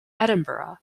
edinburgh